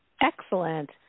Excellent